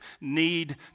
need